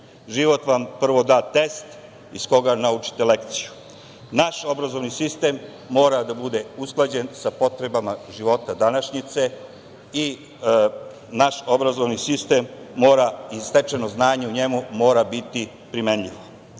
Život vam prvo da test iz koga naučite lekciju. Naš obrazovni sistem mora da bude usklađen sa potrebama života današnjice. Naš obrazovni sistem i stečeno znanje u njemu mora biti primenljivo.